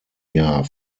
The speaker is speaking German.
jahr